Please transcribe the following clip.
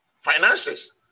Finances